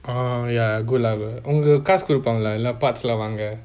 ah ya good lah அவங்க காசு குடுப்பாங்கல எல்லா:avanga kaasu kudupaangala ella parts lah வாங்க:vanga